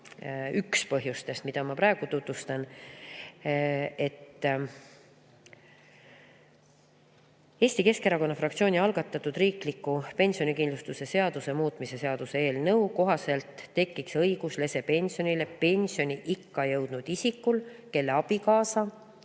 üks põhjustest, mida ma praegu tutvustan. "Eesti Keskerakonna fraktsiooni algatatud "Riikliku pensionikindlustuse seaduse muutmise seaduse" eelnõu kohaselt tekiks õigus lesepensionile pensioniikka jõudnud isikul, kelle abikaasa,